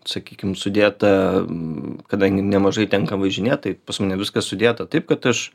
sakykim sudėta kadangi nemažai tenka važinėt tai pas mane viskas sudėta taip kad aš